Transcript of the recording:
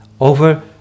over